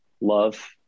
love